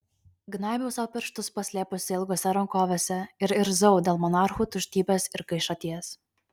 gnaibiau sau pirštus paslėpusi ilgose rankovėse ir irzau dėl monarchų tuštybės ir gaišaties